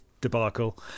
debacle